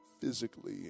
physically